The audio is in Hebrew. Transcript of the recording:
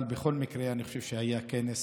אבל בכל מקרה אני חושב שהיה כנס